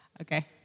okay